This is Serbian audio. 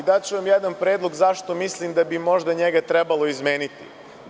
Daću vam jedan predlog zašto mislim da bi možda njega trebalo izmeniti.